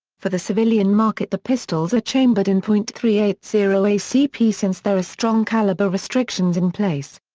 for the civilian market the pistols are chambered in point three eight zero acp since there are strong calibre restrictions in place.